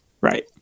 Right